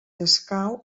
escau